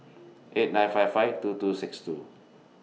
eight nine five five two two six two